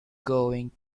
going